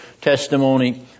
testimony